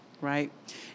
right